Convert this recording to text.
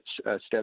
steps